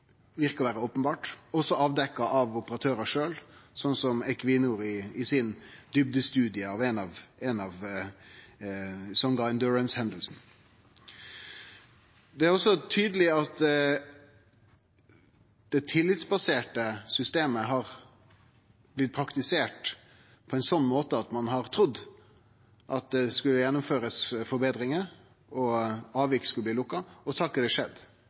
verkar å vere openbert. Det er også avdekt av operatørane sjølve, som Equinor i djupnestudien sin av ei av Songa Endurance-hendingane. Det er også tydeleg at det tillitsbaserte systemet har blitt praktisert på ein slik måte at ein har trudd at det skulle gjennomførast forbetringar, og at avvik skulle bli lukka. Så har ikkje det skjedd.